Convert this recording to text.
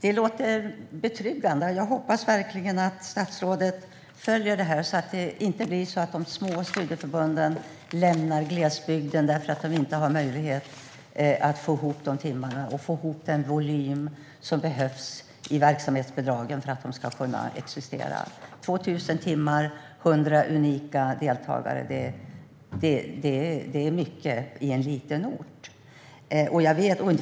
Det låter betryggande. Jag hoppas verkligen att statsrådet följer detta så att det inte blir så att de små studieförbunden lämnar glesbygden därför att de inte har möjlighet att få ihop de timmar och den volym som krävs för de verksamhetsbidrag som gör att de kan existera: 2 000 timmar och 100 unika deltagare. Det är mycket på en liten ort.